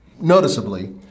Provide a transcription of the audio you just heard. noticeably